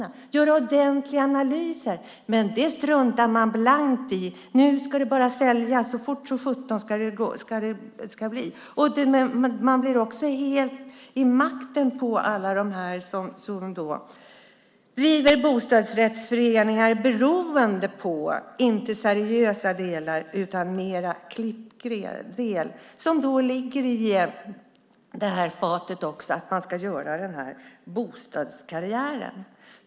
Man måste göra ordentliga analyser! Men det struntar man blankt i. Nu ska det bara säljas, och fort som sjutton ska det gå! Som hyresgäst hamnar man också helt i händerna på dem som driver bostadsrättsföreningar och inte är seriösa utan vill göra klipp. Man ska ju göra den här bostadskarriären.